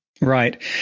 Right